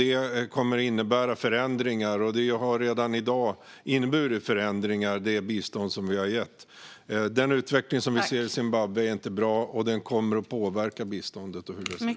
Det kommer att innebära förändringar, och det har redan i dag inneburit förändringar i det bistånd som vi har gett. Den utveckling som vi ser i Zimbabwe är inte bra, och den kommer att påverka biståndet och hur det ser ut.